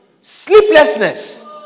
Sleeplessness